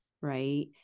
right